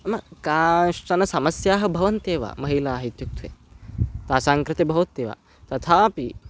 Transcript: नाम काश्चन समस्याः भवन्त्येव महिलाः इत्युक्ते तासां कृते भवन्त्येव तथापि